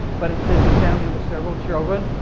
but it says a family with several children,